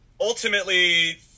ultimately